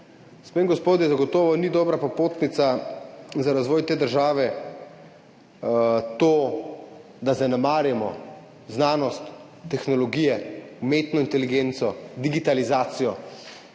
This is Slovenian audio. in gospodje, zagotovo ni dobra popotnica za razvoj te države to, da zanemarjamo znanost, tehnologije, umetno inteligenco, digitalizacijo